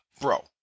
bro